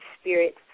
spirit